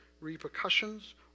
repercussions